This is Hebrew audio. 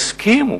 הסכימו,